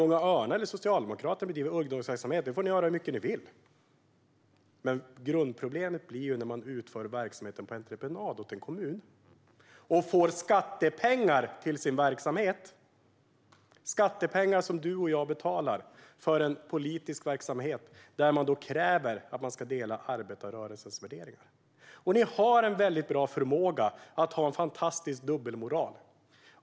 Unga Örnar och Socialdemokraterna får bedriva hur mycket ungdomsverksamhet de vill. Men grundproblemet uppstår när man utför verksamheten på entreprenad åt en kommun och får skattepengar till sin verksamhet, skattepengar som du och jag betalar för en politisk verksamhet där man kräver att de som jobbar där ska dela arbetarrörelsens värderingar. Ni har en mycket bra förmåga att ha en fantastisk dubbelmoral.